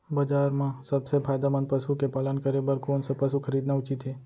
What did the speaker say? बजार म सबसे फायदामंद पसु के पालन करे बर कोन स पसु खरीदना उचित हे?